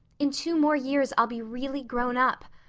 in two more years i'll be really grown up.